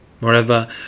Moreover